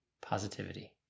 positivity